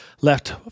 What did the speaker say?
left